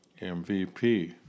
MVP